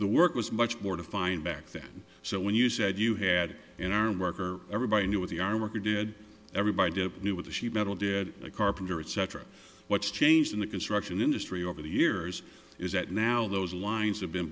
the work was much more defined back then so when you said you had in our marker everybody knew what the armor did everybody knew what the sheet metal did a carpenter etc what's changed in the construction industry over the years is that now those lines have been